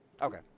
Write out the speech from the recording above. Okay